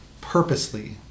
purposely